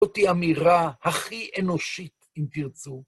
זאת אמירה הכי אנושית, אם תרצו.